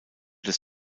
des